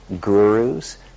gurus